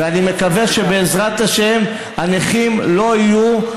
ואני מקווה שבעזרת השם הנכים לא יהיו,